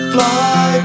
Fly